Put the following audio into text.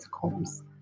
comes